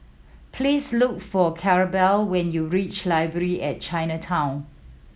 please look for Claribel when you reach Library at Chinatown